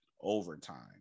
overtime